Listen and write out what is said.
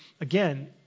again